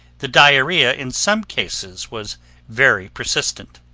the diarrhea in some cases was very persistent.